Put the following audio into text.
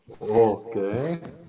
Okay